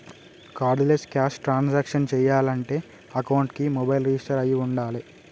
cardless cash transactions చెయ్యాలంటే అకౌంట్కి mobile register అయ్యి వుండాలే